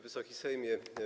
Wysoki Sejmie!